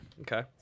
Okay